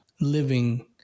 living